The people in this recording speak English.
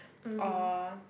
or